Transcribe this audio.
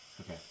Okay